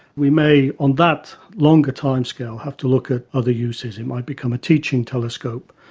we may, on that longer timescale, have to look at other uses. it might become a teaching telescope.